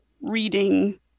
reading